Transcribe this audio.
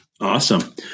Awesome